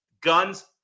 Guns